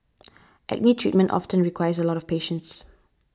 acne treatment often requires a lot of patience